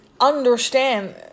understand